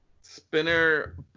spinner